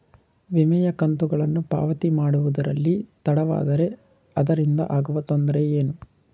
ವಿಮೆಯ ಕಂತುಗಳನ್ನು ಪಾವತಿ ಮಾಡುವುದರಲ್ಲಿ ತಡವಾದರೆ ಅದರಿಂದ ಆಗುವ ತೊಂದರೆ ಏನು?